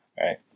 Right